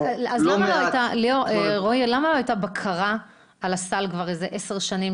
אז למה לא הייתה בקרה על הסל כבר עשר שנים,